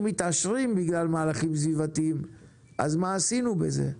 מתעשרים בגלל מהלכים סביבתיים אז מה עשינו בזה?